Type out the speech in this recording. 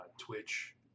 Twitch